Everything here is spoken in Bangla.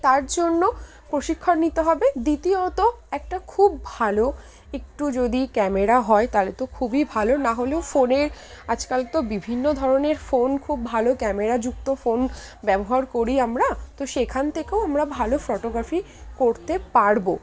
তার জন্য প্রশিক্ষণ নিতে হবে দ্বিতীয়ত একটা খুব ভালো একটু যদি ক্যামেরা হয় তাহলে তো খুবই ভালো না হলেও ফোনের আজকাল তো বিভিন্ন ধরনের ফোন খুব ভালো ক্যামেরাযুক্ত ফোন ব্যবহার করি আমরা তো সেখান থেকেও আমরা ভালো ফটোগ্রাফি করতে পারব